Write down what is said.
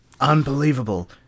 Unbelievable